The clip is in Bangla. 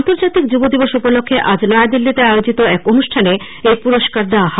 আন্তর্জাতিক যুব দিবস উপলক্ষ্যে আজ নয়াদিল্লিতে আয়োজিত এক অনুষ্ঠানে এই পুরস্কার দেওয়া হয়